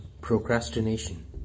procrastination